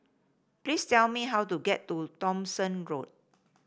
please tell me how to get to Thomson Road